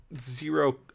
zero